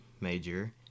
major